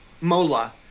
Mola